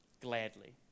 gladly